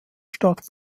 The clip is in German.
stadt